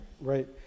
Right